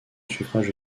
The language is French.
suffrage